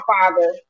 father